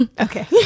Okay